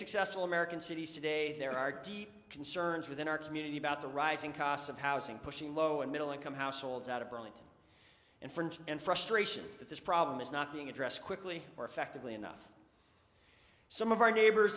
successful american cities today there are deep concerns within our community about the rising cost of housing pushing low and middle income households out of brunt and friend and frustration that this problem is not being addressed quickly or effectively enough some of our neighbors